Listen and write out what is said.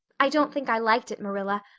i don't think i liked it, marilla,